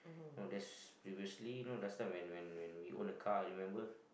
no that's previously no that's not when when when we own a car remember